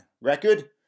Record